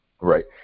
Right